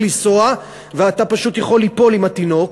לנסוע ואתה פשוט יכול ליפול עם התינוק.